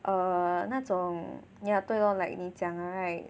err 那种你要对 lor like 你讲 right